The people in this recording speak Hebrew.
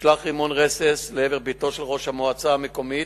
הושלך רימון רסס לעבר ביתו של ראש המועצה המקומית